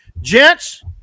gents